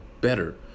better